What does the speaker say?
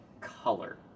color